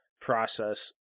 process